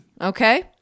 Okay